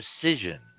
precision